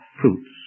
fruits